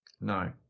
No